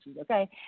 okay